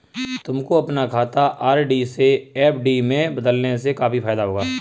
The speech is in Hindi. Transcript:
तुमको अपना खाता आर.डी से एफ.डी में बदलने से काफी फायदा होगा